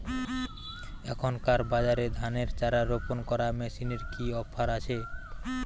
এখনকার বাজারে ধানের চারা রোপন করা মেশিনের কি অফার আছে?